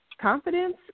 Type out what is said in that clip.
confidence